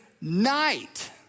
night